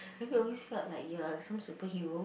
have you always felt like you are some superhero